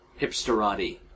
hipsterati